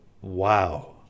Wow